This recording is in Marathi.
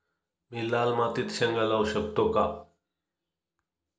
मी लाल मातीत शेंगा लावू शकतो का?